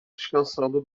descansando